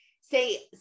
say